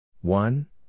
One